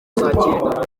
saa